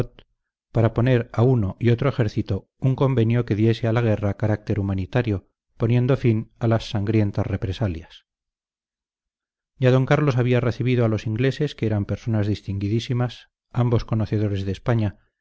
para proponer a uno y otro ejército un convenio que diese a la guerra carácter humanitario poniendo fin a las sangrientas represalias ya d carlos había recibido a los ingleses que eran personas distinguidísimas ambos conocedores de españa